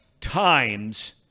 times